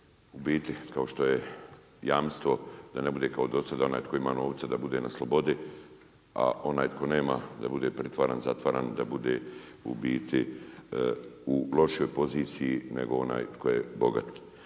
u biti kao što je jamstvo da ne bude kao dosada onaj tko ima novca, da bude na slobodi, a ona j tko nema da bude pritvaran, zatvaran, da bude u biti u lošijoj poziciji nego onaj tko je bogat.